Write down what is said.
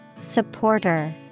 Supporter